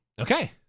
Okay